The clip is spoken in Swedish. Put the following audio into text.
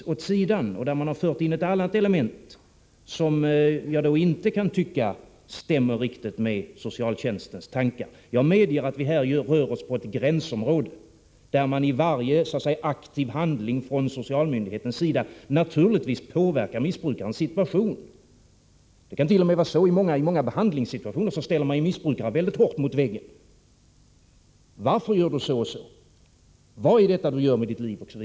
Ett annat element har kommit in i bilden som jag tycker inte riktigt kan stämnia överens med tankarna bakom socialtjänstlagen. Jag medger att vi här rör oss inom ett gränsområde. I och med varje aktiv handling från socialmyndighetens sida påverkas naturligtvis medborgarens situation. Det kan t.o.m. gälla många behandlingssituationer, där missbrukaren mycket hårt så att säga ställs mot väggen. Följande typ av frågor kan förekomma: Varför gör du så och så? Vad är det du gör med ditt liv?